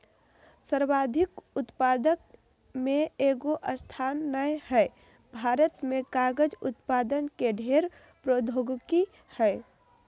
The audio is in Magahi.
सर्वाधिक उत्पादक में एगो स्थान नय हइ, भारत में कागज उत्पादन के ढेर प्रौद्योगिकी हइ